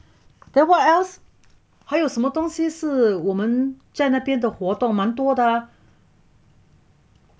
then what else 还有什么东西是我们在那边的活动吗蛮多的啊